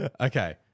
Okay